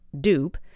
dupe